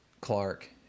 Clark